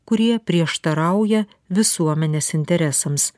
kurie prieštarauja visuomenės interesams